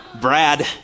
Brad